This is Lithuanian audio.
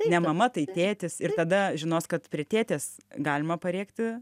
ne mama tai tėtis ir tada žinos kad prie tėtės galima parėkti